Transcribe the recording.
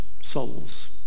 souls